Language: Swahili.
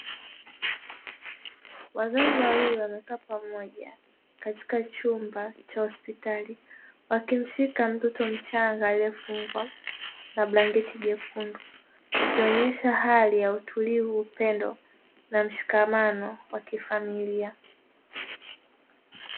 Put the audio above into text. Wazazi wawili wamekaa pamoja katika chumba cha hospitali wakimshika mtoto mchanga aliyefungwa na blanketi jekundu ikionyesha hali ya utulivu, upendo na mshikamano wa kifamilia.